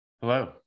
Hello